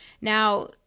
Now